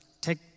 take